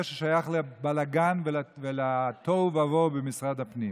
ששייך לבלגן ולתוהו ובוהו במשרד הפנים.